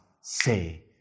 say